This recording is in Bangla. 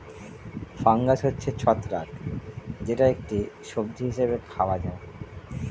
ফাঙ্গাস হচ্ছে ছত্রাক যেটা একটি সবজি হিসেবে খাওয়া হয়